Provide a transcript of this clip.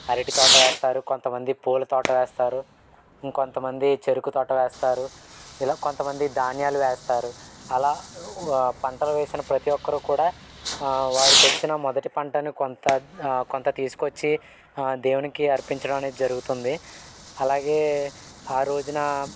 అరటితోట వేస్తారు కొంతమంది పూలతోట వేస్తారు ఇంకొంతమంది చెరుకుతోట వేస్తారు ఇలా కొంతమంది ధాన్యాలు వేస్తారు అలా పంటలు వేసిన ప్రతీ ఒక్కర కూడా వారికి వచ్చిన మొదటి పంటను కొంత కొంత తీసుకొచ్చి దేవునికి అర్పించడం అనేది జరుగుతుంది అలాగే రోజున